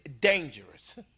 dangerous